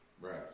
Right